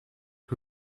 que